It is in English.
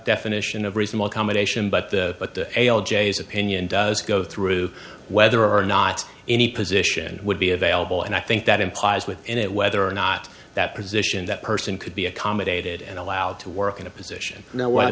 definition of reasonable accommodation but the ale j's opinion does go through whether or not any position would be available and i think that implies with an it whether or not that position that person could be accommodated and allowed to work in a position now w